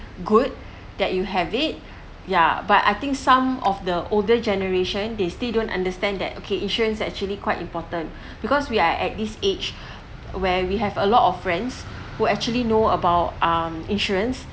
good that you have it ya but I think some of the older generation they still don't understand that okay insurance actually quite important because we are at this age where we have a lot of friends who actually know about um insurance